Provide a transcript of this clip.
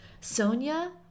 Sonia